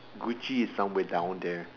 Gucci is somewhere down there